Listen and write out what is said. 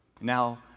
Now